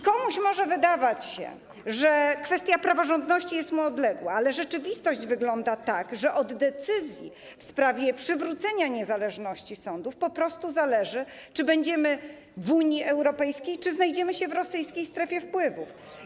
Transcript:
Komuś może się wydawać, że kwestia praworządności jest mu odległa, ale rzeczywistość wygląda tak, że od decyzji w sprawie przywrócenia niezależności sądów zależy to, czy będziemy w Unii Europejskiej, czy znajdziemy się w rosyjskiej strefie wpływów.